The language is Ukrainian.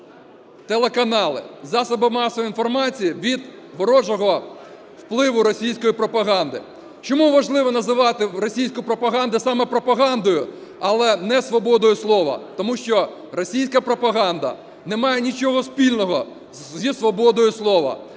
телеканали, засоби масової інформації від ворожого впливу російської пропаганди. Чому важливо називати російську пропаганду саме пропагандою, а не свободою слова? Тому що російська пропаганда не має нічого спільного зі свободою слова.